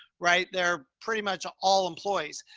right? they're pretty much all employees.